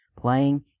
playing